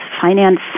finance